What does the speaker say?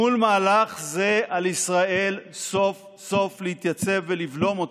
מול מהלך זה על ישראל סוף-סוף להתייצב ולבלום אותו.